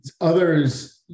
others